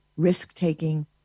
risk-taking